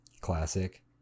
Classic